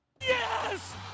Yes